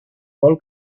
vol